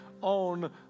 on